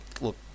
look